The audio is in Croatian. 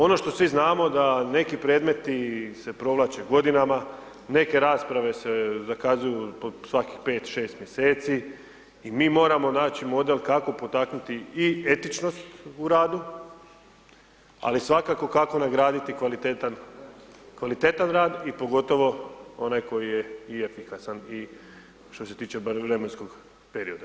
Ono što svi znamo da neki predmeti se provlače godinama, neke rasprave se zakazuju po svakih 5, 6 mjeseci i mi moramo naći model kako potaknuti i etičnost u radu, ali svakako kako nagraditi kvalitetan rad i pogotovo onaj koji je i efikasan i što se tiče bar vremenskog perioda.